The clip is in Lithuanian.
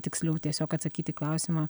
tiksliau tiesiog atsakyt į klausimą